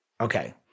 Okay